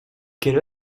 quelle